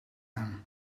hem